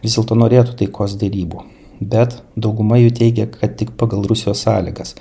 vis dėlto norėtų taikos derybų bet dauguma jų teigia kad tik pagal rusijos sąlygas